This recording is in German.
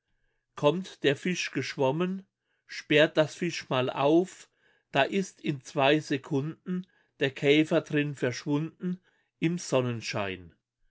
kommt der fisch geschwommen sperrt das fischmaul auf da ist in zwei sekunden der käfer drin verschwunden im sonnenschein